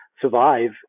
survive